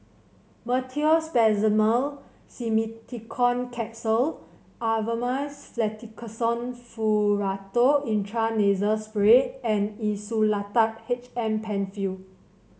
Meteospasmyl Simeticone Capsules Avamys Fluticasone Furoate Intranasal Spray and Insulatard H M Penfill